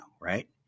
right